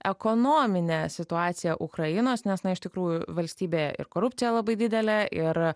ekonominę situaciją ukrainos nes na iš tikrųjų valstybėje ir korupcija labai didelė ir